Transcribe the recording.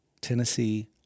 Tennessee